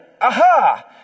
aha